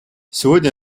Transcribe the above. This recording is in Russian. сегодня